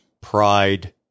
pride